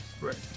Right